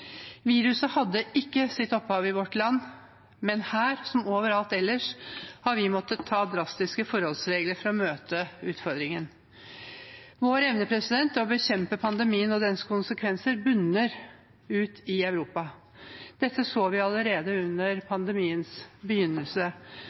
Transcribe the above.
Viruset hadde ikke sitt opphav i vårt land, men her – som overalt ellers – har vi måttet ta drastiske forholdsregler for å møte utfordringen. Vår evne til å bekjempe pandemien og dens konsekvenser bunner ut i Europa. Dette så vi allerede under